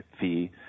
fee